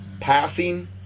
passing